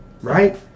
Right